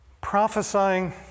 Prophesying